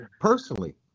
personally